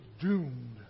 doomed